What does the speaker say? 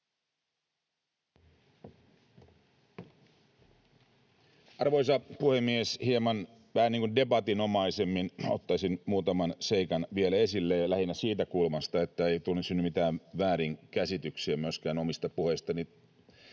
Arvoisa puhemies! Hieman vähän niin kuin debatinomaisemmin ottaisin muutaman seikan vielä esille ja lähinnä siitä kulmasta, että ei synny mitään väärinkäsityksiä myöskään omista puheistani: